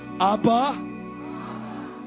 Abba